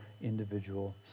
individual